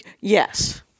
Yes